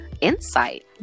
insight